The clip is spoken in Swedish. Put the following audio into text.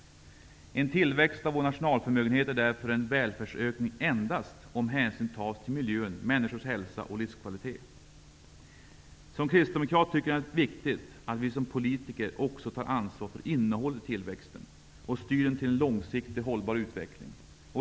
En tillväxt av vår nationalförmögenhet är därför en välfärdsökning endast om hänsyn tas till miljön, människors hälsa och livskvalitet. Som kristdemokrat tycker jag det är viktigt att vi som politiker också tar ansvar för innehållet i ''tillväxten'' och styr den till en långsiktigt hållbar utveckling.